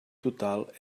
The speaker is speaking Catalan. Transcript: total